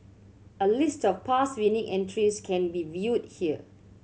a list of past winning entries can be viewed here